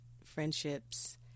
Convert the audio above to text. friendships